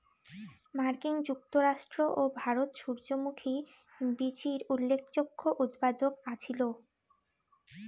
মার্কিন যুক্তরাষ্ট্র ও ভারত সূর্যমুখী বীচির উল্লেখযোগ্য উৎপাদক আছিল